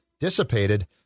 Dissipated